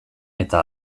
eta